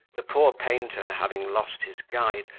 the poor painter, having lost his guide,